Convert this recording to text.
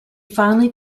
finally